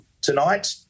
tonight